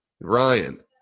Ryan